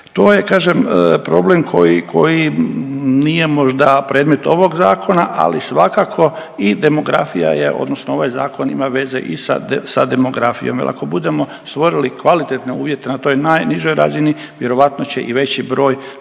to je kažem, problem koji nije možda predmet ovog Zakona, ali svakako i demografija je odnosno ovaj Zakon ima veze i sa demografijom jer ako budemo stvorili kvalitetne uvjete na toj najnižoj razini, vjerojatno će i veći broj